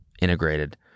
integrated